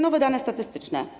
Nowe dane statystyczne.